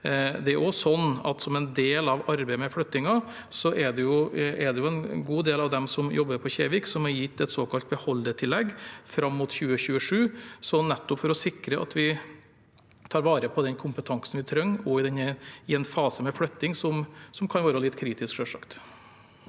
Som en del av arbeidet med flyttingen er det en god del av dem som jobber på Kjevik, som er gitt et såkalt beholdetillegg fram mot 2027, nettopp for å sikre at vi tar vare på den kompetansen vi trenger, i en fase med flytting, som selvsagt kan være litt kritisk.